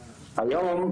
היום,